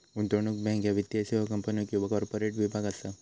गुंतवणूक बँक ह्या वित्तीय सेवा कंपन्यो किंवा कॉर्पोरेट विभाग असा